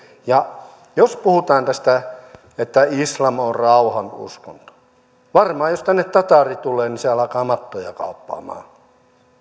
ja jos puhutaan tästä että islam on rauhanuskonto varmaan jos tänne tataari tulee niin se alkaa mattoja kauppaamaan